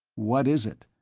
what is it?